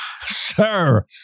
Sir